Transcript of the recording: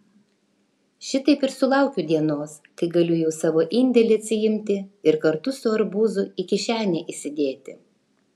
šitaip ir sulaukiu dienos kai galiu jau savo indėlį atsiimti ir kartu su arbūzu į kišenę įsidėti